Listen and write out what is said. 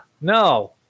no